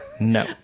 No